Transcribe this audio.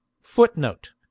Footnote